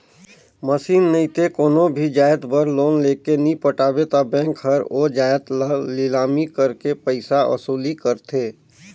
machine नइते कोनो भी जाएत बर लोन लेके नी पटाबे ता बेंक हर ओ जाएत ल लिलामी करके पइसा वसूली करथे